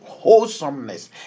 Wholesomeness